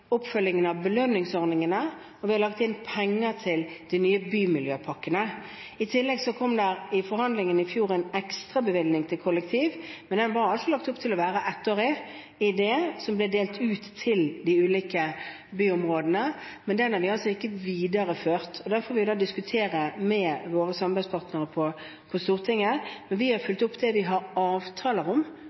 oppfølgingen av belønningsordningene, og vi har lagt inn penger til de nye bymiljøpakkene. I tillegg kom det gjennom forhandlingene i fjor en ekstrabevilgning til kollektiv i det som ble delt ut til de ulike byområdene, men den var lagt opp til å være ettårig. Den har vi altså ikke videreført, og det får vi da diskutere med våre samarbeidspartnere på Stortinget. Vi har fulgt opp det vi har avtaler om